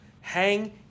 hang